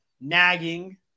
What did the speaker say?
nagging